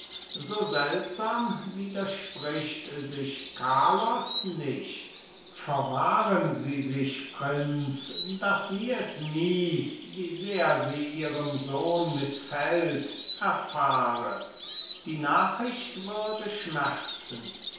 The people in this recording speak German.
so seltsam widerspricht sich carlos nicht verwahren sie sich prinz daß sie es nie wie sehr sie ihrem sohn mißfällt erfahre die nachricht würde schmerzen